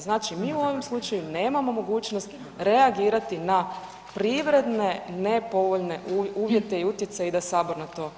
Znači mi u ovom slučaju nemamo mogućnost reagirati na privredne nepovoljne uvjete i utjecaje i da Sabor na to reagira.